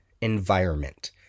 environment